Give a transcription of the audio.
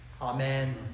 Amen